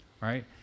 Right